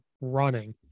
running